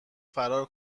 فرار